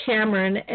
Cameron